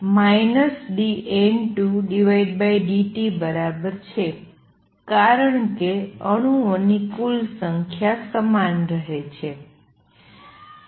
અને dN1dt એ dN2dt બરાબર છે કારણ કે અણુઓની કુલ સંખ્યા સમાન રહે છે